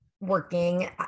working